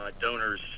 donors